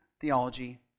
theology